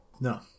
No